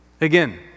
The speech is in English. Again